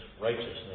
righteousness